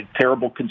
terrible